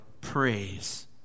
praise